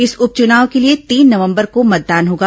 इस उपचुनाव के लिए तीन नवंबर को मतदान होगा